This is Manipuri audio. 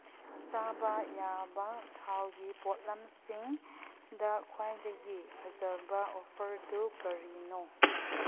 ꯆꯥꯕ ꯌꯥꯕ ꯊꯥꯎꯒꯤ ꯄꯣꯠꯂꯝꯁꯤꯡꯗ ꯈ꯭ꯋꯥꯏꯗꯒꯤ ꯐꯖꯕ ꯑꯣꯐꯔꯗꯨ ꯀꯔꯤꯅꯣ